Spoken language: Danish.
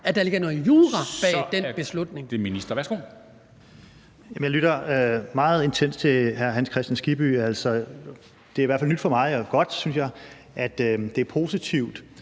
(Jeppe Kofod): Jamen jeg lytter meget intenst til hr. Hans Kristian Skibby. Det er i hvert fald nyt for mig – og godt, synes jeg – at det er positivt